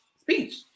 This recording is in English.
speech